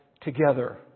together